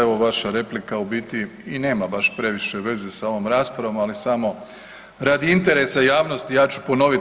Evo vaša replika u biti i nema baš previše veze s ovom raspravom, ali samo radi interesa javnosti ja ću ponoviti.